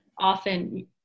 often